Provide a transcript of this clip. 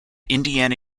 indiana